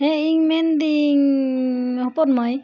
ᱦᱮᱸ ᱤᱧ ᱢᱮᱱᱫᱤᱧ ᱦᱚᱯᱚᱱ ᱢᱟᱹᱭ